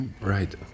right